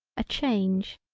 a change,